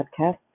podcast